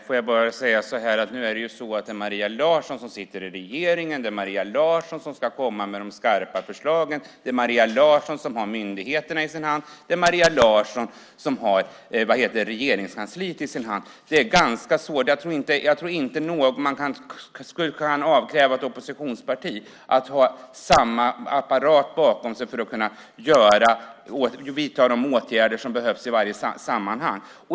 Herr talman! Nu är det så att det är Maria Larsson som sitter i regeringen. Det är Maria Larsson som ska komma med de skarpa förslagen, det är Maria Larsson som har myndigheterna i sin hand och det är Maria Larsson som har Regeringskansliet i sin hand. Jag tror inte att man skulle kunna avkräva ett oppositionsparti att det skulle ha samma apparat bakom sig för att kunna vidta de åtgärder som behövs i varje sammanhang. Det är ganska svårt.